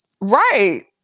Right